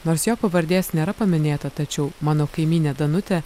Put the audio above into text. nors jo pavardės nėra paminėta tačiau mano kaimynė danutė